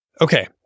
Okay